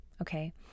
okay